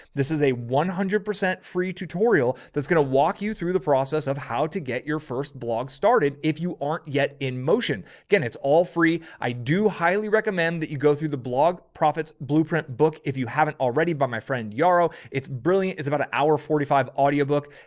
this is a one hundred percent free tutorial. that's going to walk you through the process of how to get your first book started. if you aren't yet in motion again, it's all free. i do highly recommend that you go through the blog profits blueprint book. if you haven't already by my friend yarrow, it's brilliant. it's about an hour forty five audio book.